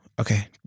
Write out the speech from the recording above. okay